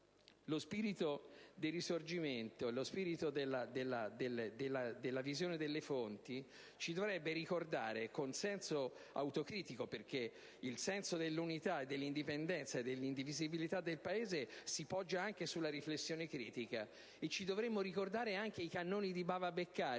Lo spirito del Risorgimento e della visione delle fonti ci dovrebbe ricordare con senso autocritico - poiché il senso dell'unità, dell'indipendenza e dell'indivisibilità del Paese si poggia anche sulla riflessione critica - anche i cannoni di Bava Beccaris